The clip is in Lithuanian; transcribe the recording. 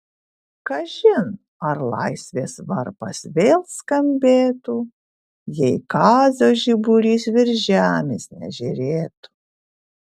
kažin ar laisvės varpas vėl skambėtų jei kazio žiburys virš žemės nežėrėtų